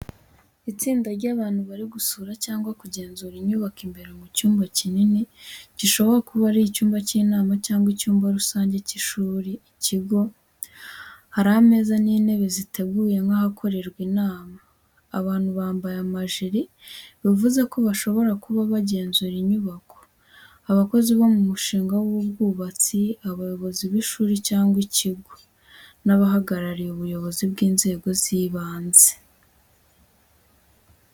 Itsinda ry’abantu bari gusura cyangwa kugenzura inyubako imbere mu cyumba kinini, gishobora kuba ari icyumba cy’inama cyangwa icyumba rusange cy’ishuri ikigo. Hari ameza n'intebe ziteguye nk'ahakorerwa inama. Abantu bambaye amajiri, bivuze ko bashobora kuba abagenzura inyubako, abakozi bo mu mushinga w’ubwubatsi, abayobozi b’ishuri cyangwa ikigo, n'abahagarariye ubuyobozi bw’inzego z’ibanze.